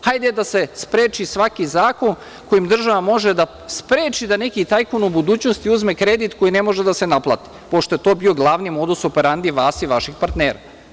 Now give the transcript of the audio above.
Hajde da se spreči svaki zakon kojim država može da spreči da neki tajkun u budućnosti uzme kredit koji ne može da se naplati, pošto je to bio glavni modus operandi vas i vaših partnera.